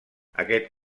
aquest